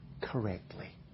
correctly